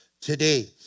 today